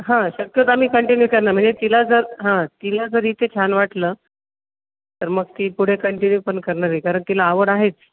हां शक्यतो आम्ही कंटिन्यू करणार म्हणजे तिला जर हां तिला जर इथे छान वाटलं तर मग ती पुढे कंटिन्यू पण करणारही कारण तिला आवड आहेच